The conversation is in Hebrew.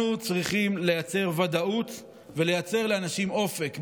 אנחנו צריכים לייצר ודאות ולייצר לאנשים אופק.